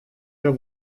der